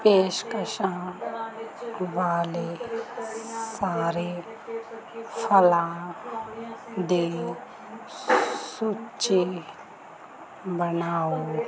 ਪੇਸ਼ਕਸ਼ਾਂ ਵਾਲੇ ਸਾਰੇ ਫਲਾਂ ਦੀ ਸੂਚੀ ਬਣਾਓ